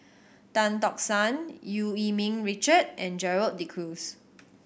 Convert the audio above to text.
Tan Tock San Eu Yee Ming Richard and Gerald De Cruz